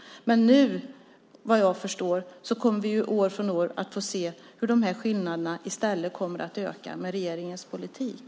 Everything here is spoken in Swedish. Men nu, såvitt jag förstår, kommer vi år från år att få se hur dessa skillnader i stället kommer att öka med regeringens politik.